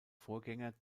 vorgänger